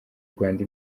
rwanda